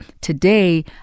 today